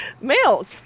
Milk